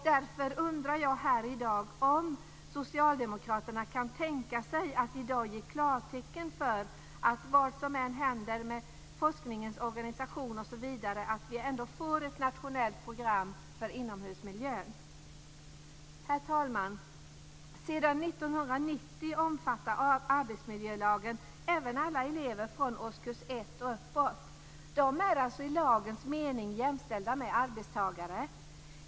Därför undrar jag om socialdemokraterna kan tänka sig att i dag ge klartecken för ett nationellt program för inomhusmiljön oavsett vad som händer med forskningens organisation, osv. Herr talman! Sedan 1990 omfattar arbetsmiljölagen även alla elever från årskurs 1 och uppåt. De är alltså i lagens mening jämställda med arbetstagare.